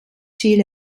ziel